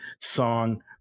song